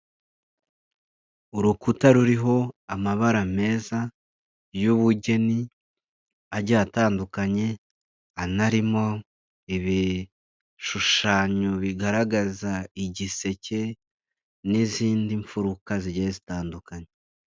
Urukuta ruriho amabara meza y'ubugeni agiya atandukanye anarimo ibishushanyo bigaragaza igiseke n'izindi mfuruka zigiye zitandukanye.